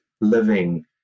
living